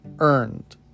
earned